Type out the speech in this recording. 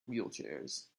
wheelchairs